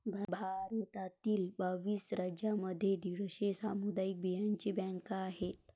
भारतातील बावीस राज्यांमध्ये दीडशे सामुदायिक बियांचे बँका आहेत